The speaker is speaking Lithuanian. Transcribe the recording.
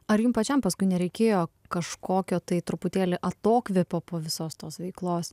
ar jum pačiam paskui nereikėjo kažkokio tai truputėlį atokvėpio po visos tos veiklos